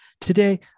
Today